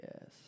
Yes